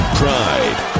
pride